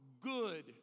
good